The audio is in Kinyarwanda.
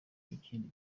ikindi